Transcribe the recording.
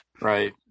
Right